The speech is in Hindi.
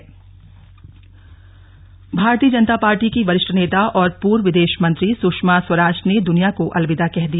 सुषमा स्वराज सफर भारतीय जनता पार्टी की वरिष्ठ नेता और पूर्व विदेश मंत्री सुषमा स्वराज ने दुनिया को अलविदा कह दिया